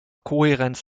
kohärenz